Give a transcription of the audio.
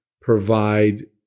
provide